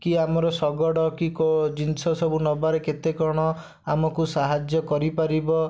କି ଆମର ଶଗଡ଼ କି କୋଉ ଜିନିଷ ସବୁ ନେବାର କେତେ କଣ ଆମକୁ ସାହାଯ୍ୟ କରିପାରିବ